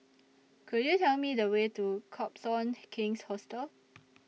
Could YOU Tell Me The Way to Copthorne King's Hotel